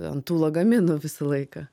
ant tų lagaminų visą laiką